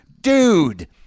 dude